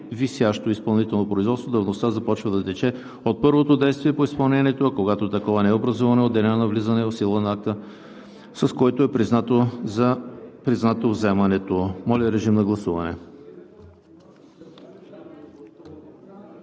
висящо изпълнително производство давността започва да тече от първото действие по изпълнението, а когато такова не е образувано – от деня на влизането в сила на акта, с който е признато вземането.“ Гласували